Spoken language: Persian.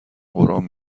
قرآن